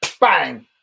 bang